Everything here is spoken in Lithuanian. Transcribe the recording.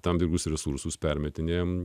tam tikrus resursus permetinėjame